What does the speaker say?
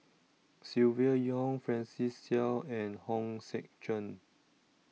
Silvia Yong Francis Seow and Hong Sek Chern